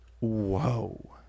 Whoa